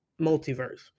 multiverse